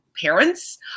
parents